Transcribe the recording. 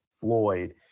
Floyd